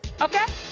okay